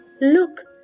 Look